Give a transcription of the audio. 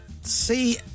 See